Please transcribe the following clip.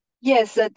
Yes